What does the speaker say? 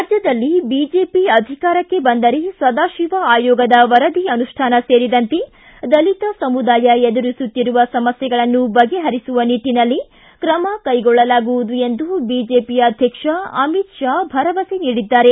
ರಾಜ್ಯದಲ್ಲಿ ಬಿಜೆಪಿ ಅಧಿಕಾರಕ್ಕೆ ಬಂದರೆ ಸದಾಶಿವ ಆಯೋಗದ ವರದಿ ಅನುಷ್ಠಾನ ಸೇರಿದಂತೆ ದಲಿತ ಸಮುದಾಯ ಎದುರಿಸುತ್ತಿರುವ ಸಮಸ್ಥೆಗಳನ್ನು ಬಗೆಹರಿಸುವ ನಿಟ್ಟನಲ್ಲಿ ಕ್ರಮ ಕೈಗೊಳ್ಳಲಾಗುವುದು ಎಂದು ಬಿಜೆಪಿ ಅಧ್ಯಕ್ಷ ಅಮಿತ್ ಷಾ ಭರವಸೆ ನೀಡಿದ್ದಾರೆ